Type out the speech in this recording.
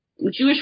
Jewish